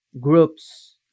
groups